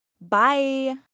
Bye